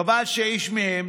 חבל שאיש מהם